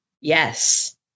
Yes